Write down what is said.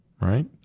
right